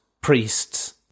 priests